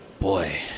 boy